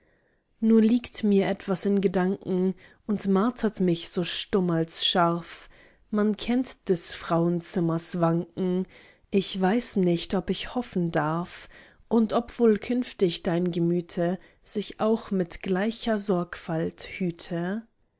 nur liegt mir etwas in gedanken und martert mich so stumm als scharf man kennt des frauenzimmers wanken ich weiß nicht ob ich hoffen darf und ob wohl künftig dein gemüte sich auch mit gleicher sorgfalt hüte